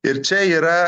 ir čia yra